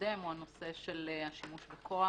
נציגות משרד